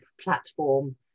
platform